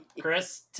Chris